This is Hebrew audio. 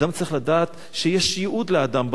אדם צריך לדעת שיש ייעוד לאדם בעולם,